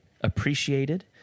appreciated